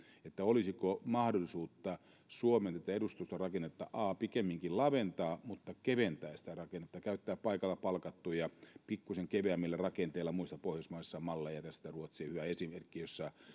olisiko mahdollisuutta tätä suomen edustustorakennetta pikemminkin laventaa mutta keventää sitä rakennetta käyttää paikalla palkattuja pikkuisen keveämmillä rakenteilla muissa pohjoismaissa on malleja tästä ruotsi on hyvä esimerkki jossa